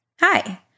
Hi